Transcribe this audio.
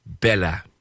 Bella